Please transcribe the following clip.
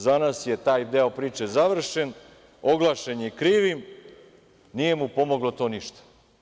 Za nas je taj deo priče završen, proglašen je krivim, nije mu pomoglo ništa.